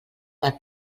per